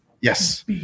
yes